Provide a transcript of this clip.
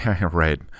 Right